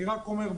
אני רק אומר,